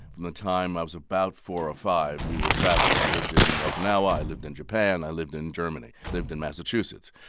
from the time i was about four or five, we were traveling. i lived in okinawa. i lived in japan. i lived in germany, lived in massachusetts.